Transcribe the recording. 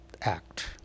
act